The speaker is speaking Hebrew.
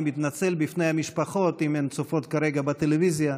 אני מתנצל בפני המשפחות אם הן צופות כרגע בטלוויזיה,